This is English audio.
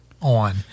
on